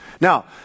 Now